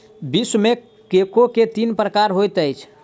विश्व मे कोको के तीन प्रकार होइत अछि